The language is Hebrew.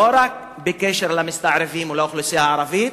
לא רק בקשר למסתערבים ולאוכלוסייה הערבית,